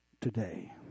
today